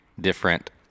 different